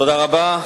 תודה רבה.